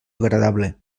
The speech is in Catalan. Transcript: agradable